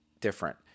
different